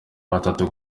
batatu